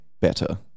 better